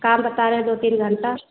काम बता रहें दो तीन घंटा